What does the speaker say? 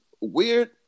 weird